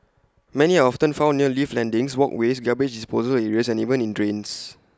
many are often found near lift landings walkways garbage disposal areas and even in drains